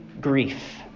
grief